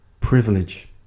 Privilege